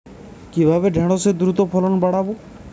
কিভাবে ঢেঁড়সের দ্রুত ফলন বাড়াব?